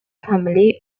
family